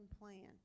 plan